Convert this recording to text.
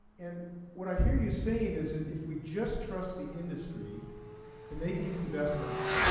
and what i hear you saying is that if we just trust the industry to make these investments,